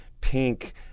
Pink